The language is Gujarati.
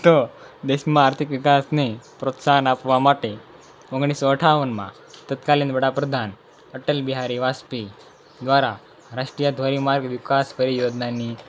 તો દેશમાં આર્થિક વિકાસને પ્રોત્સાહન આપવા માટે ઓગણીસો અઠ્ઠાવનમાં તત્કાલીન વડાપ્રધાન અટલ બિહારી વાજપેઈ દ્વારા રાષ્ટ્રીય ધોરીમાર્ગ વિકાસ કરી યોજનાની